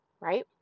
right